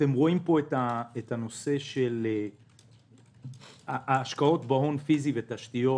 רואים פה את הנושא של ההשקעות בהון פיזי ובתשתיות.